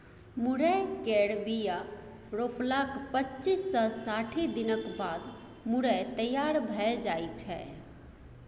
मुरय केर बीया रोपलाक पच्चीस सँ साठि दिनक बाद मुरय तैयार भए जाइ छै